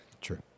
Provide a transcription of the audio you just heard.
True